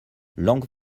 langue